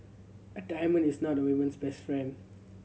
a diamond is not a women's best friend